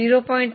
3 0